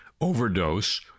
overdose